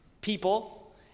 people